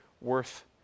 worth